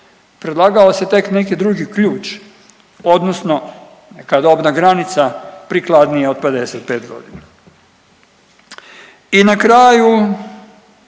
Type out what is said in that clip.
Predlagao se tek neki drugi ključ odnosno neka dobna granica prikladnija od 55 godina. I na kraju,